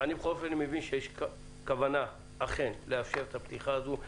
אני בכל אופן מבין שיש כוונה אכן לאפשר את הפתיחה הזו.